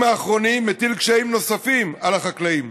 האחרונים מטיל קשיים נוספים על החקלאים: